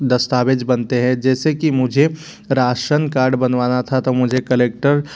दस्तावेज बनते है जैसे कि मुझे राशन कार्ड बनावाना था तो मुझे कलेक्टर